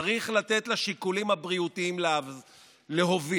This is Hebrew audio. צריך לתת לשיקולים הבריאותיים להוביל.